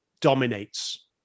dominates